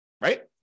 Right